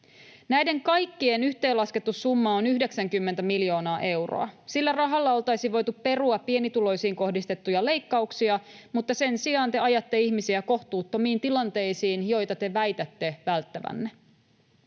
Näiden kaikkien yhteenlaskettu summa on 90 miljoonaa euroa. Sillä rahalla oltaisiin voitu perua pienituloisiin kohdistettuja leikkauksia, mutta sen sijaan te ajatte ihmisiä kohtuuttomiin tilanteisiin, joita te väitätte välttävänne.